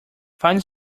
fine